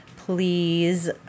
please